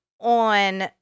on